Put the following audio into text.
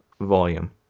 volume